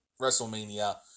WrestleMania